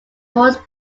horse